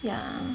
yeah